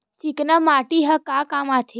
चिकना माटी ह का काम आथे?